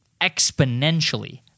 exponentially